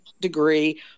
degree